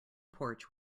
porch